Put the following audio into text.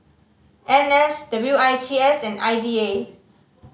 N S W I T S and I D A